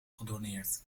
gedoneerd